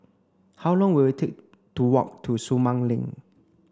how long will it take to walk to Sumang Link